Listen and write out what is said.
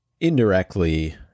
indirectly